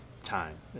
time